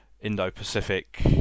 Indo-Pacific